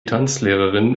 tanzlehrerin